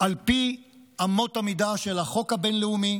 על פי אמות המידה של החוק הבין-לאומי,